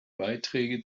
beiträge